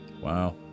Wow